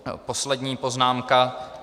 A poslední poznámka.